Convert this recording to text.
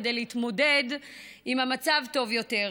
כדי להתמודד עם המצב טוב יותר?